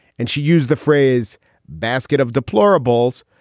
and she used the phrase basket of deplorable ills.